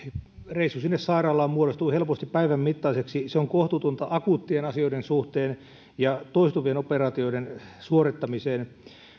reissu sinne sairaalaan muodostuu helposti päivän mittaiseksi se on kohtuutonta akuuttien asioiden ja toistuvien operaatioiden suorittamisen suhteen